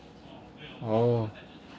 oh